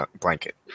blanket